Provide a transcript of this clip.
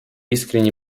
искренне